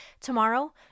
Tomorrow